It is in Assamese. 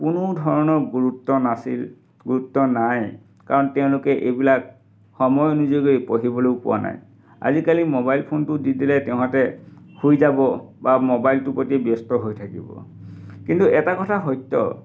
কোনো ধৰণৰ গুৰুত্ব নাছিল গুৰুত্ব নাই কাৰণ তেওঁলোকে এইবিলাক সময় অনুযয়ী কৰি পঢ়িবলৈও পোৱা নাই আজিকালি ম'বাইল ফোনটো দি দিলে তাহাঁতে শুই যাব বা ম'বাইলটো প্ৰতি ব্যস্ত হৈ থাকিব কিন্তু এটা কথা সত্য